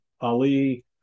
Ali